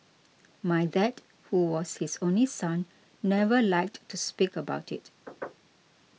my dad who was his only son never liked to speak about it